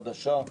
חדשה,